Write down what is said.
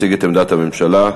תציג את עמדת הממשלה.